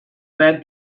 bad